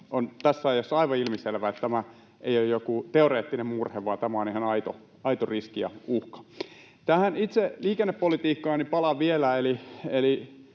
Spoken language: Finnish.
tässä ajassa on aivan ilmiselvää, että tämä ei ole joku teoreettinen murhe vaan tämä on ihan aito riski ja uhka. Tähän itse liikennepolitiikkaan palaan vielä.